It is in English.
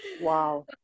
wow